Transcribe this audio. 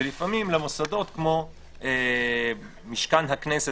ולפעמים למוסדות כמו משכן הכנסת,